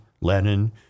Lenin